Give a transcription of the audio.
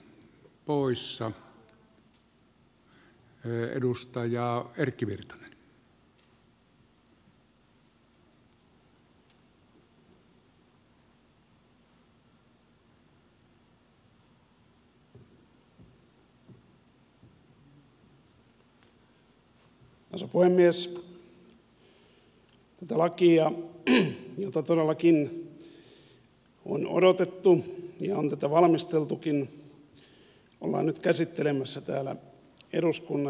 tätä lakia jota todellakin on odotettu ja on tätä valmisteltukin ollaan nyt käsittelemässä täällä eduskunnassa